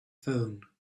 phone